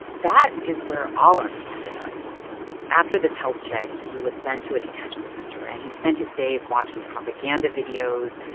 that is where alim ended up after this health check, he was sent to a detention center, and he spent his days watching propaganda videos,